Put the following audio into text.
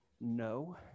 No